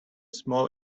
small